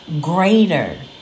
greater